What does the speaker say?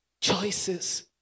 Choices